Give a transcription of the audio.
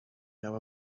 know